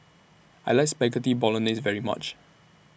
I like Spaghetti Bolognese very much